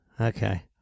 okay